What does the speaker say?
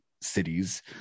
cities